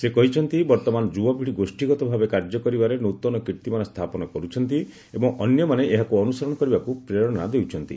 ସେ କହିଛନ୍ତି ବର୍ତ୍ତମାନ ଯୁବପିଢ଼ି ଗୋଷ୍ଠୀଗତ ଭାବେ କାର୍ଯ୍ୟ କରିବାରେ ନୃତନ କୀର୍ତ୍ତିମାନ ସ୍ଥାପନ କରୁଛନ୍ତି ଏବଂ ଅନ୍ୟମାନେ ଏହାକୁ ଅନୁସରଣ କରିବାକୁ ପ୍ରେରଣା ଦେଉଛନ୍ତି